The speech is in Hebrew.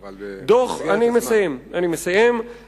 אבל במסגרת הזמן.